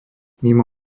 mimo